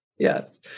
Yes